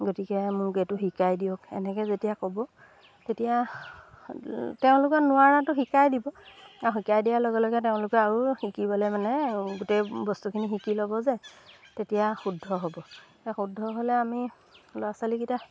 গতিকে মোক এইটো শিকাই দিয়ক এনেকৈ যেতিয়া ক'ব তেতিয়া তেওঁলোকে নোৱাৰাটো শিকাই দিব আৰু শিকাই দিয়াৰ লগে লগে তেওঁলোকে আৰু শিকিবলৈ মানে গোটেই বস্তুখিনি শিকি ল'ব যে তেতিয়া শুদ্ধ হ'ব সেই শুদ্ধ হ'লে আমি ল'ৰা ছোৱালীকেইটা